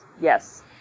yes